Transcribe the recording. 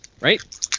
Right